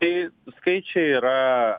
tai skaičiai yra